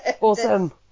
awesome